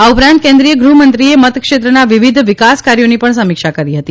આ ઉપરાંત કેન્દ્રીય ગૃહમંત્રીશ્રીએ મતક્ષેત્રના વિવિધ વિકાસ કાર્યોની પણ સમીક્ષા કરી હતી